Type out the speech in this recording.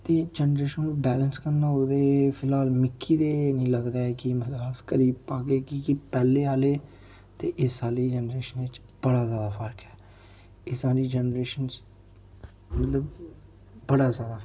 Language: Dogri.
ते जनरेशन बैलंस करना होग ते फिलहाल मिकी ते नेईं लगदा ऐ कि बैलंस करी पाह्गे कि के पैह्ले आह्लें ते इस आह्ली जनरेशन च बड़ा ज्यादा फर्क ऐ इस आह्ली जनरेशन मतलब बड़ा ज्यादा फर्क ऐ